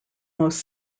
most